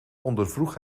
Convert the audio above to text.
ondervroeg